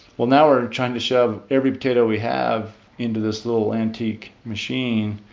well, now we're trying to shove every potato we have into this little antique machine.